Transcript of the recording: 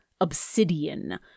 obsidian